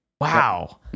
Wow